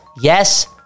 Yes